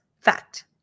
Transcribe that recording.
fact